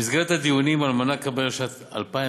במסגרת הדיונים על מענק הבירה ב-2017,